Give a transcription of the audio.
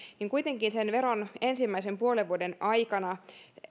sen veron ensimmäisen puolen vuoden aikana